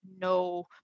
no